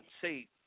say